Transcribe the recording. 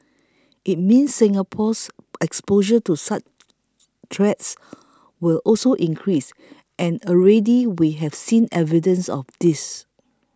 it means Singapore's exposure to such threats will also increase and already we have seen evidence of this